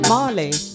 Marley